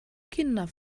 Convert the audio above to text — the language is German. kinder